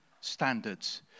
standards